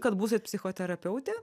kad būsit psichoterapeutė